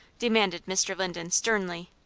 demanded mr. linden, sternly.